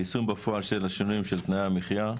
יישום בפועל של השינויים של תנאי המחיה,